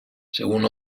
según